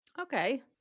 Okay